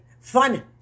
fun